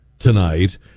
tonight